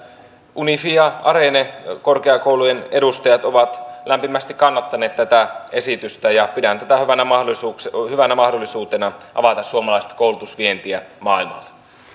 unifi ja arene korkeakoulujen edustajat ovat lämpimästi kannattaneet tätä esitystä ja pidän tätä hyvänä mahdollisuutena avata suomalaista koulutusvientiä maailmalle